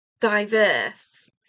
diverse